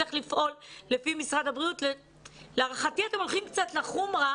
שצריך לפעול לפי משרד הבריאות - היא להערכתי שאתם הולכים קצת לחומרה